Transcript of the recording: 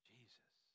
Jesus